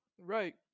Right